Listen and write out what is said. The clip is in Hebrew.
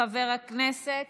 חבר הכנסת,